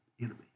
enemy